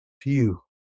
Phew